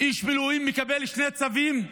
איש מילואים מקבל שני צווים?